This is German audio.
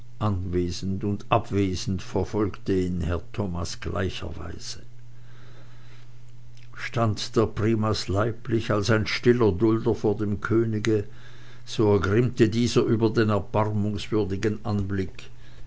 und abwesend verfolgte ihn herr thomas gleicherweise stand der primas leiblich als ein stiller dulder vor dem könige so ergrimmte dieser über den erbarmungswürdigen anblick